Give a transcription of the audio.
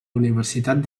universitat